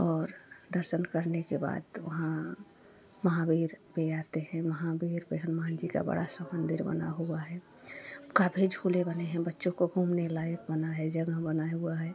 और दर्शन करने के बाद वहाँ महावीर पर आते हैं महाबीर पर हनुमान जी का बड़ा सा मंदिर बना हुआ है काफ़ी झूले बने हैं बच्चों को घूमने लायक बना है जगह बना हुआ है